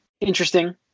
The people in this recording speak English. Interesting